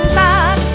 back